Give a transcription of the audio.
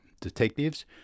detectives